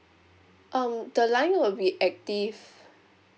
um the line will be active